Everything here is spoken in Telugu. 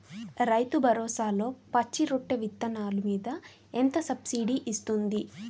రైతు భరోసాలో పచ్చి రొట్టె విత్తనాలు మీద ఎంత సబ్సిడీ ఇస్తుంది?